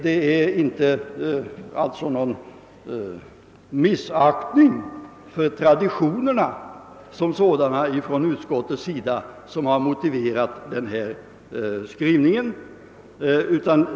Det är alltså inte någon missaktning för traditionerna som sådana som motiverar utskottets skrivning.